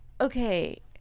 okay